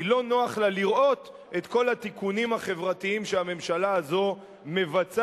כי לא נוח לה לראות אל כל התיקונים החברתיים שהממשלה הזאת מבצעת,